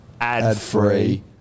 ad-free